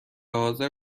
حاضر